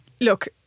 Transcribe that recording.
look